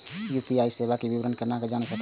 UPI सेवा के विवरण केना जान सके छी?